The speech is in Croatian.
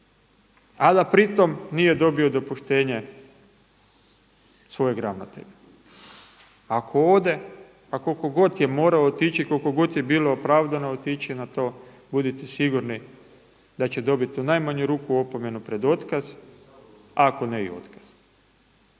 a da pri tome nije dobio dopuštenje svojeg ravnatelja? Ako ode, a koliko god je morao otići, koliko god je bilo opravdano otići na to budite sigurni da će dobiti u najmanju ruku opomenu pred otkaz a ako ne i otkaz.